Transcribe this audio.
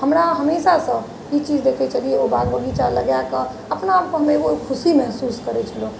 हमरा हमेशासँ ई चीज देखैत छलियै ओ बाग बगीचा लगाए कऽ अपना आप कऽ हम एगो खुशी महसूस करैत छलहुँ